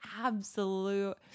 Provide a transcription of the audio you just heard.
absolute